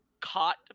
caught